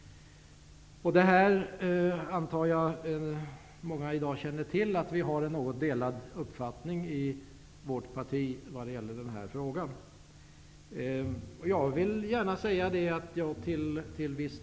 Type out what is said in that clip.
Jag antar att många känner till att vi har något delade meningar i mitt parti i denna fråga.